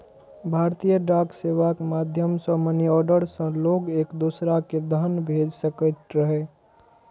भारतीय डाक सेवाक माध्यम सं मनीऑर्डर सं लोग एक दोसरा कें धन भेज सकैत रहै